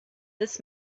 this